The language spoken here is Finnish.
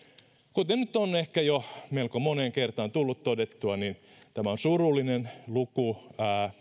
kuten nyt on jo ehkä melko moneen kertaan tullut todettua tämä on surullinen luku